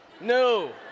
No